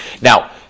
Now